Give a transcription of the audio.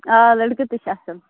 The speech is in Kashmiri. آ لٔڑکہٕ تہِ چھِ اَصٕل